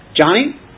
Johnny